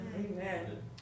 Amen